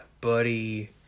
Buddy